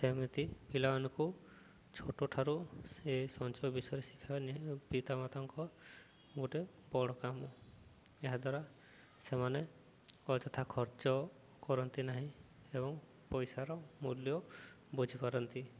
ସେମିତି ପିଲାମାନଙ୍କୁ ଛୋଟଠାରୁ ସେ ସଞ୍ଚୟ ବିଷୟରେ ଶିଖିବା ନି ପିତାମାତାଙ୍କ ଗୋଟେ ବଡ଼ କାମ ଏହାଦ୍ୱାରା ସେମାନେ ଅଯଥା ଖର୍ଚ୍ଚ କରନ୍ତି ନାହିଁ ଏବଂ ପଇସାର ମୂଲ୍ୟ ବୁଝିପାରନ୍ତି